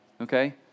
Okay